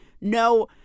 No